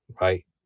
Right